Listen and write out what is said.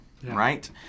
Right